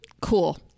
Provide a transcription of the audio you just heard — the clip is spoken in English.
cool